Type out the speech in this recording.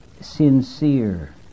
sincere